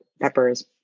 peppers